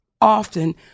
often